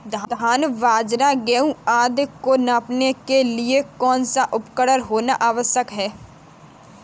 धान बाजरा गेहूँ आदि को मापने के लिए कौन सा उपकरण होना आवश्यक है?